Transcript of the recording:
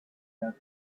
wrote